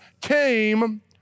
came